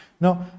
No